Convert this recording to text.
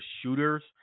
shooter's